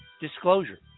disclosure